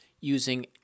using